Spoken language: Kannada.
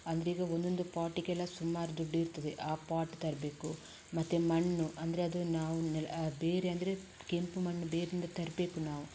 ಅಂದರೀಗ ಒಂದೊಂದು ಪಾಟಿಗೆಲ್ಲ ಸುಮಾರು ದುಡ್ಡಿರ್ತದೆ ಆ ಪಾಟ್ ತರಬೇಕು ಮತ್ತು ಮಣ್ಣು ಅಂದರೆ ಅದು ನಾವು ಬೇರೆ ಅಂದರೆ ಕೆಂಪು ಮಣ್ಣು ಬೇರಿಂದ ತರಬೇಕು ನಾವು